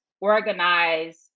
organize